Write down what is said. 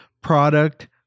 product